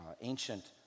ancient